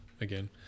again